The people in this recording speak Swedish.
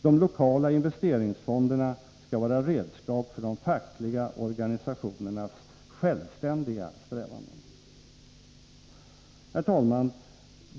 De lokala investeringsfonderna skall vara redskap för de fackliga organisationernas självständiga strävanden. Herr talman!